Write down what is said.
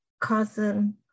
cousin